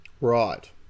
Right